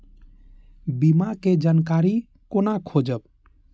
बीमा के जानकारी कोना खोजब?